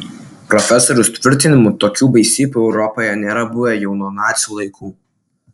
profesoriaus tvirtinimu tokių baisybių europoje nėra buvę jau nuo nacių laikų